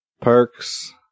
perks